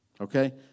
Okay